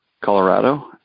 Colorado